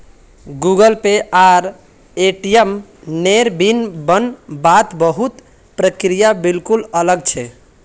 Google Pay आर ATM नेर pin बन वात बहुत प्रक्रिया बिल्कुल अलग छे